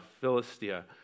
Philistia